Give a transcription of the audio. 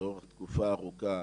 לאורך תקופה ארוכה,